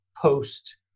post